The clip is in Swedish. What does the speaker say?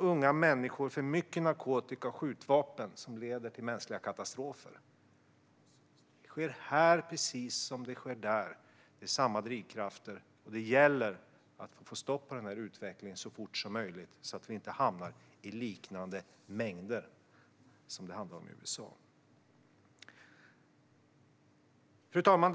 unga människor, för mycket narkotika och skjutvapen som leder till mänskliga katastrofer. Det sker här precis som det sker där. Det är samma drivkrafter, och det gäller att vi får stopp på den här utvecklingen så fort som möjligt så att vi inte hamnar i liknande mängder som i USA. Fru talman!